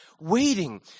waiting